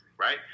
Right